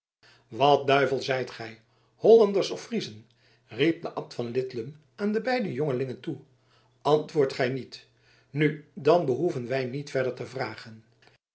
wat duivel zijt gij hollanders of friezen riep de abt van lidlum aan de beide jongelingen toe antwoordt gij niet nu dan behoeven wij niet verder te vragen